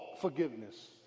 forgiveness